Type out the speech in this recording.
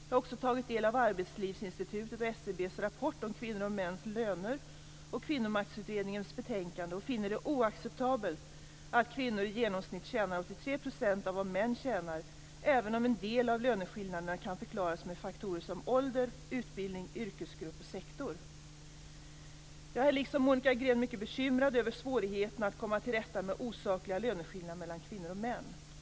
Jag har också tagit del av Arbetslivsinstitutets och SCB:s rapport om kvinnors och mäns löner och Kvinnomaktutredningens betänkande och finner det oacceptabelt att kvinnor i genomsnitt tjänar 83 % av vad män tjänar, även om en del av löneskillnaderna kan förklaras med faktorer som ålder, utbildning, yrkesgrupp och sektor. Jag är liksom Monica Green mycket bekymrad över svårigheterna att komma till rätta med osakliga löneskillnader mellan kvinnor och män.